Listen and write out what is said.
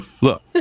look